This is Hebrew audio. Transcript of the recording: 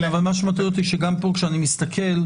אבל מה שמטריד אותי שגם פה כשאני מסתכל,